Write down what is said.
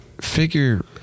figure